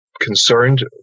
concerned